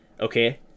okay